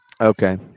Okay